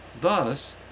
Thus